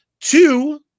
Two